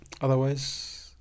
otherwise